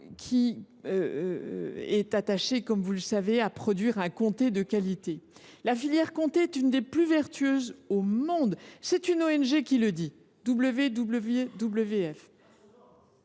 l’on est attaché, comme vous le savez, à produire un comté de qualité. La filière comté est l’une des plus vertueuses au monde : c’est du moins ce que dit